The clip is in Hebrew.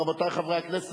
רבותי חברי הכנסת,